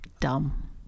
dumb